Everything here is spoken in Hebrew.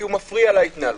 כי הוא מפריע להתנהלות.